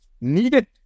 needed